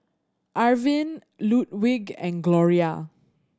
Arvin Ludwig and Gloria